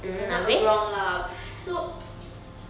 if I'm wrong lah so